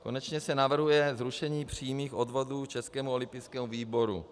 Konečně se navrhuje zrušení přímých odvodů Českému olympijskému výboru.